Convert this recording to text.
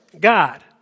God